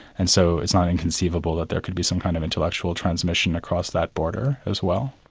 and so it's not inconceivable that there could be some kind of intellectual transmission across that border as well.